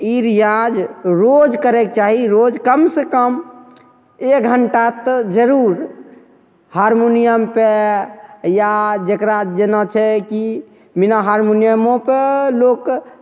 ई रिआज रोज करैके चाही रोज कमसे कम एक घण्टा तऽ जरूर हारमोनिअमपर या जकरा जेना छै कि बिना हारमोनिअमोपर लोक